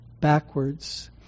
backwards